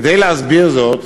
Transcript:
כדי להסביר זאת